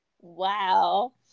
Wow